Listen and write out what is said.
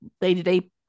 day-to-day